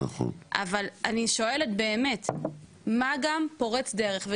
נכון אבל אני גם שואלת באמת מה גם פורץ דרך?